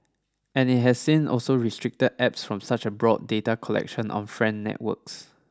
and it has seem also restricted Apps from such a broad data collection on friend networks